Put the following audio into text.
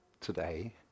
today